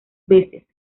veces